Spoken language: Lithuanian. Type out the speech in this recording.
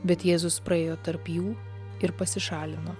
bet jėzus praėjo tarp jų ir pasišalino